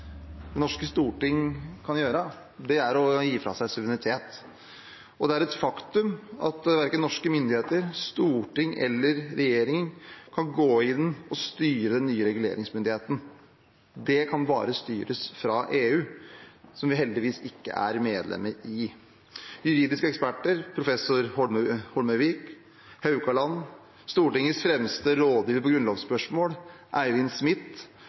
seg suverenitet, og det er et faktum at verken norske myndigheter, Stortinget eller regjeringen kan gå inn og styre den nye reguleringsmyndigheten. Den kan bare styres fra EU, som vi heldigvis ikke er medlem i. Juridiske eksperter, professorene Holmøyvik og Haukeland, og Stortingets fremste rådgiver i grunnlovsspørsmål, Eivind Smith,